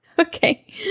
Okay